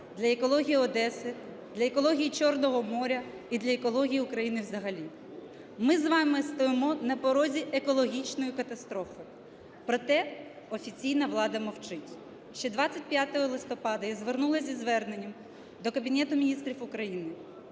для екології Одеси, для екології Чорного моря і для екології України взагалі. Ми з вами стоїмо на порозі екологічної катастрофи. Проте офіційна влада мовчить. Ще 25 листопада я звернулася зі зверненням до Кабінету Міністрів України,